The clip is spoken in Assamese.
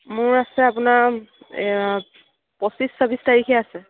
মোৰ আছে আপোনাৰ পঁচিছ চাব্বিছ তাৰিখে আছে